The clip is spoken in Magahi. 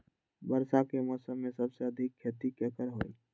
वर्षा के मौसम में सबसे अधिक खेती केकर होई?